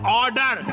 order